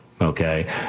Okay